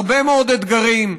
הרבה מאוד אתגרים,